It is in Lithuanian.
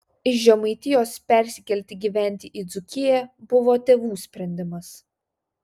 iš žemaitijos persikelti gyventi į dzūkiją buvo tėvų sprendimas